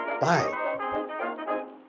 Bye